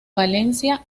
valencia